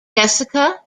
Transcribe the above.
jessica